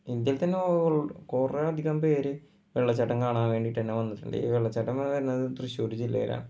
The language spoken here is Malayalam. ഇന്ത്യയിൽ തന്നെ ഓൾ കുറേ അധികം പേര് വെള്ളച്ചാട്ടം കാണാൻ വേണ്ടിയിട്ട് തന്നെ വന്നിട്ടുണ്ട് ഈ വെള്ളച്ചാട്ടം വരുന്നത് തൃശ്ശൂർ ജില്ലയിലാണ്